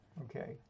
Okay